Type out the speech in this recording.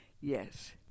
Yes